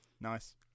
Nice